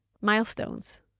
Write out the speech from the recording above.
milestones